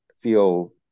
feel